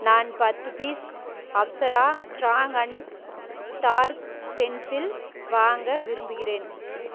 நான் பத்து piece Apsara strong and dark pencil வாங்க விரும்புகிறேன்